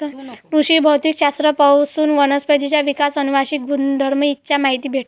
कृषी भौतिक शास्त्र पासून वनस्पतींचा विकास, अनुवांशिक गुणधर्म इ चा माहिती भेटते